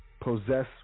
possess